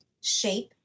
Shape